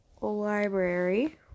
library